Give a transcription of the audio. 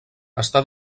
està